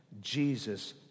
Jesus